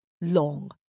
long